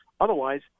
Otherwise